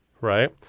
right